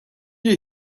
you